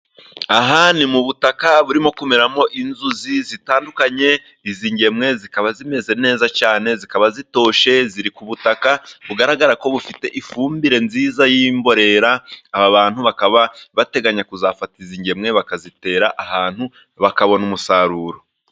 Aha ni mu butaka burimo kumeramo inzuzi zitandukanye. Izi ngemwe zikaba zimeze neza cyane, zikaba zitoshye, ziri ku butaka bugaragara ko bufite ifumbire nziza y'imborera. Aba bantu bakaba bateganya kuzafata izi ngemwe bakazitera ahantu, bakabona umusaruro.